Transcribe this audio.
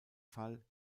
fall